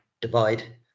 divide